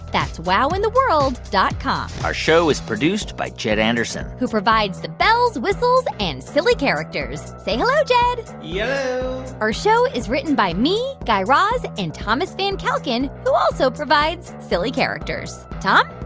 that's wowintheworld dot com our show is produced by jed anderson who provides the bells, whistles and silly characters. say hello, jed yello yeah our show is written by me, guy raz and thomas van kalken, who also provides silly characters. tom?